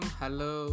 hello